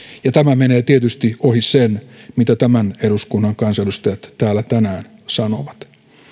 ja tämä menee tietysti ohi sen mitä tämän eduskunnan kansanedustajat täällä tänään sanovat